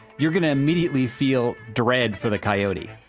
you're gonna immediately feel dread for the coyote.